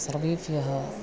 सर्वेभ्यः